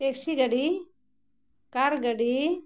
taxi ᱜᱟᱹᱰᱤ car ᱜᱟᱹᱰᱤ